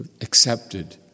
accepted